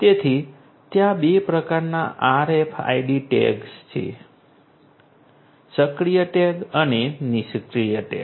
તેથી ત્યાં બે પ્રકારના RFID ટૅગ છે સક્રિય ટૅગ અને નિષ્ક્રિય ટૅગ